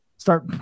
Start